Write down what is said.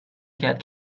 کرد